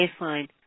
baseline